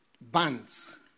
bands